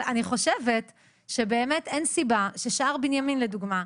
אבל אני חושבת שבאמת אין סיבה ששער בנימין לדוגמא,